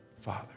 father